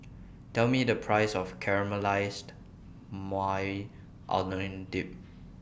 Tell Me The priceS of Caramelized Maui Onion Dip